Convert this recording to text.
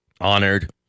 honored